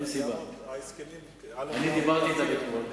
אין סיבה, אני דיברתי אתם אתמול.